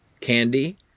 Candy